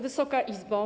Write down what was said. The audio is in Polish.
Wysoka Izbo!